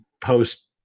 post